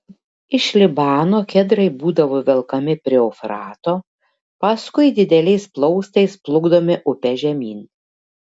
iš libano kedrai būdavo velkami prie eufrato paskui dideliais plaustais plukdomi upe žemyn